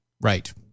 right